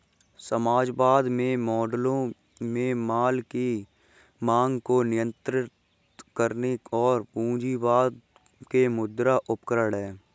समाजवाद के मॉडलों में माल की मांग को नियंत्रित करने और पूंजीवाद के मुद्रा उपकरण है